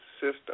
system